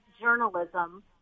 journalism